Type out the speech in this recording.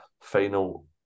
final